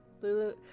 Lulu